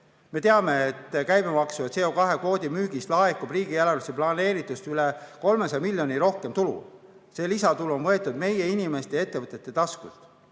Me teame, et käibemaksust ja CO2kvoodi müügist laekub riigieelarvesse planeeritust üle 300 miljoni rohkem tulu. See lisatulu on võetud meie inimeste ja ettevõtete taskust.